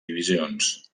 divisions